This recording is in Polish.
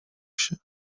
się